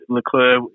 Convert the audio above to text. Leclerc